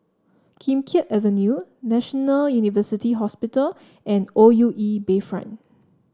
Kim Keat Avenue National University Hospital and O U E Bayfront